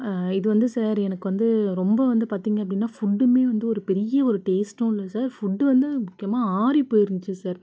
இது வந்து சார் எனக்கு வந்து ரொம்ப வந்து பார்த்தீங்க அப்படின்னா ஃபுட்டுமே வந்து ஒரு பெரிய ஒரு டேஸ்ட்டும் இல்லை சார் ஃபுட்டு வந்து முக்கியமாக ஆறி போயிருந்துச்சு சார்